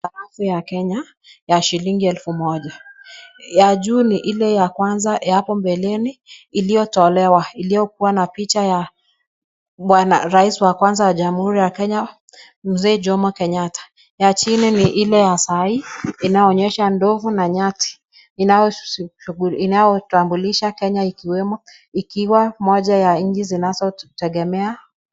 Sarafu ya Kenya ya shilingi elfu moja. Ya juu ni ile ya kwanza ya hapo mbeleni iliyotolewa, iliyokuwa na picha ya bwana rais wa kwanza wa Jamhuri ya Kenya, Mzee Jomo Kenyatta. Ya chini ni ile ya saa hii inayoonyesha ndovu na nyati, inayo inayoitambulisha Kenya ikiwemo ikiwa moja ya nchi zinazotegemea.